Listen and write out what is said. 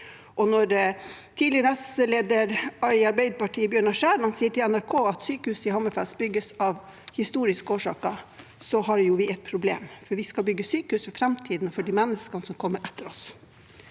når tidligere nestleder i Arbeiderpartiet Bjørnar Skjæran sier til NRK at sykehuset i Hammerfest bygges av historiske årsaker, har vi et problem, for vi skal bygge sykehus for framtiden og for de menneskene som kommer etter oss.